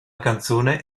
canzone